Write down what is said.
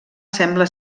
sembla